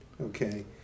Okay